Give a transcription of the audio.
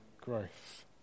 growth